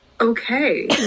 Okay